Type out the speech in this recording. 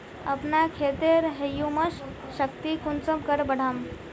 अपना खेतेर ह्यूमस शक्ति कुंसम करे बढ़ाम?